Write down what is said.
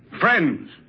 friends